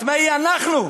התמיהה היא אנחנו.